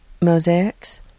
mosaics